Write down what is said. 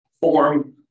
form